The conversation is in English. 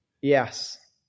Yes